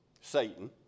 Satan